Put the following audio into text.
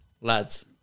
lads